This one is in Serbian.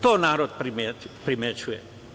To narod primećuje.